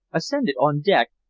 ascended on deck,